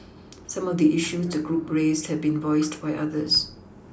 some of the issues the group raised have been voiced by others